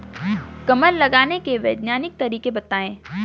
कमल लगाने के वैज्ञानिक तरीके बताएं?